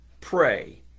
pray